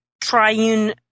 triune